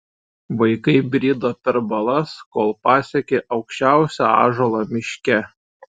vaikai brido per balas kol pasiekė aukščiausią ąžuolą miške